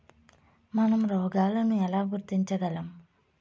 మనం రోగాలను ఎలా గుర్తించగలం?